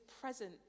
present